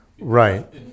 Right